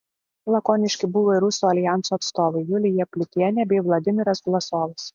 lakoniški buvo ir rusų aljanso atstovai julija pliutienė bei vladimiras vlasovas